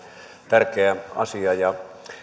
tärkeä asia kun